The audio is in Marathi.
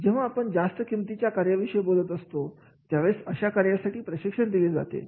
जेव्हा आपण जास्त किमतीच्या कार्याविषयी बोलत असतो त्यावेळेस अशा कार्यासाठी प्रशिक्षण दिले जाते